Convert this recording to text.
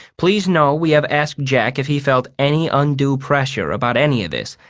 please know we have asked jack if he felt any undue pressure about any of this,